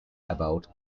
about